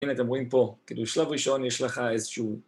הנה, אתם רואים פה, כאילו שלב ראשון יש לך איזשהו...